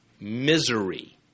misery